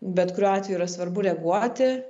bet kuriuo atveju yra svarbu reaguoti